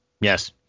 yes